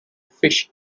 fish